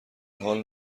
حال